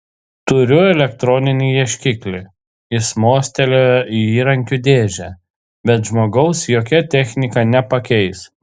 turiu elektroninį ieškiklį jis mostelėjo į įrankių dėžę bet žmogaus jokia technika nepakeis